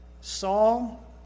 Saul